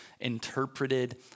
interpreted